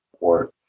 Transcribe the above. work